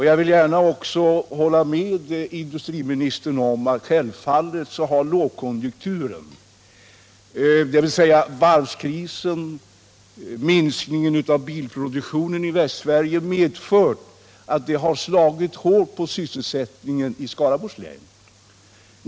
Jag vill också gärna hålla med industriministern om att lågkonjunkturen — dvs. varvskrisen, minskningen av bilproduktionen i Västsverige osv. — självfallet har slagit hårt mot sysselsättningen i Skaraborgs län.